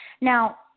Now